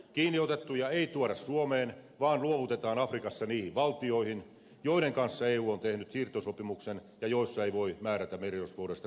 kiinni otettuja ei tuoda suomeen vaan luovutetaan afrikassa niihin valtioihin joiden kanssa eu on tehnyt siirtosopimuksen ja joissa ei voi määrätä merirosvoudesta kuolemanrangaistusta